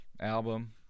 album